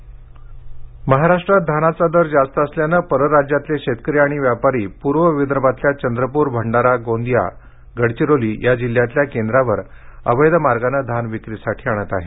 धान खरेदी महाराष्ट्रात धानाचा दर जास्त असल्याने परराराज्यातील शेतकरी आणि व्यापारी पूर्व विदर्भातल्या चंद्रपूर भंडारा गोंदिया गडचिरोली या जिल्ह्यांमधील केंद्रांवर अवैध मार्गाने धान विक्रीसाठी आणत आहेत